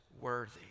worthy